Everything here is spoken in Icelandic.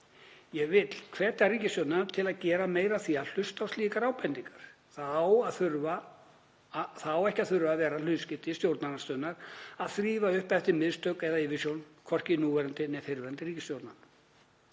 Ég vil hvetja ríkisstjórnina til að gera meira af því að hlusta á slíkar ábendingar. Það á ekki að þurfa að vera hlutskipti stjórnarandstöðunnar að þrífa upp eftir mistök eða yfirsjón hvorki núverandi né fyrrverandi ríkisstjórnar.